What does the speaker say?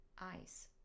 Eyes